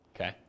Okay